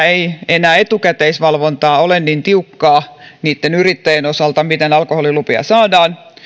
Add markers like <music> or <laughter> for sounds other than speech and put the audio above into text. <unintelligible> ei enää etukäteisvalvonta ole niin tiukkaa yrittäjien osalta miten alkoholilupia saadaan